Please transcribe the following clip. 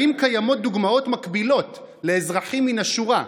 האם קיימות דוגמאות מקבילות לאזרחים מן השורה,